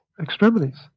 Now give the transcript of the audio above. extremities